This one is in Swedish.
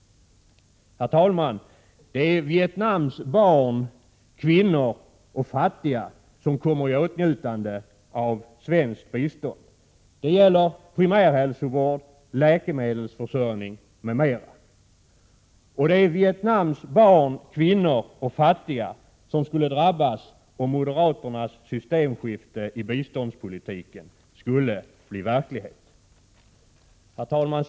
Herr talman! Det är Vietnams barn, kvinnor och fattiga som kommer i åtnjutande av svenskt bistånd. Det gäller primärhälsovård, läkemedelsförsörjning m.m. Det är Vietnams barn, kvinnor och fattiga som skulle drabbas om moderaternas systemskifte i biståndspolitiken skulle bli verklighet. Herr talman!